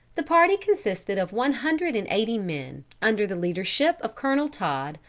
the party consisted of one hundred and eighty men, under the leadership of colonel todd,